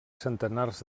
centenars